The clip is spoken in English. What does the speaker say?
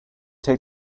take